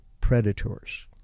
Predators